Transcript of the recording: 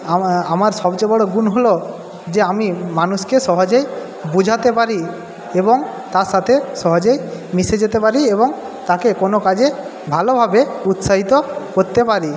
আমা আমার সবচেয়ে বড়ো গুণ হল যে আমি মানুষকে সহজেই বোঝাতে পারি এবং তার সাথে সহজেই মিশে যেতে পারি এবং তাকে কোনো কাজে ভালোভাবে উৎসাহিত করতে পারি